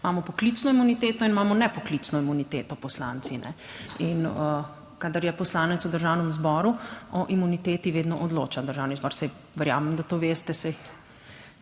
imamo poklicno imuniteto in imamo nepoklicno imuniteto poslanci in kadar je poslanec v Državnem zboru, o imuniteti vedno odloča Državni zbor. Saj verjamem, da to veste, saj